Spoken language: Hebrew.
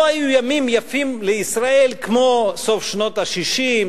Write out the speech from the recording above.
לא היו ימים יפים לישראל כמו סוף שנות ה-60,